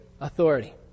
authority